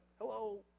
hello